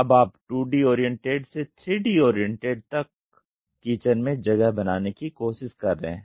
अब आप 2D oriented से 3D ओरिएंटेड तक किचन में जगह बनाने की कोशिश कर रहे हैं